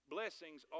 Blessings